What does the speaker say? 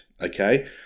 okay